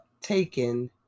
taken